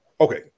Okay